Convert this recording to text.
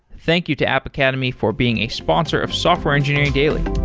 thank you to app academy for being a sponsor of software engineering daily.